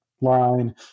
line